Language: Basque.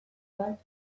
bat